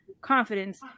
Confidence